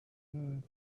sad